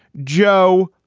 joe?